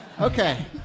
Okay